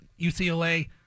UCLA